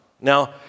Now